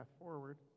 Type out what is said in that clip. forward